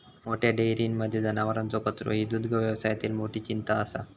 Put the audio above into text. मोठ्या डेयरींमध्ये जनावरांचो कचरो ही दुग्धव्यवसायातली मोठी चिंता असा